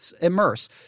immerse